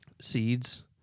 seeds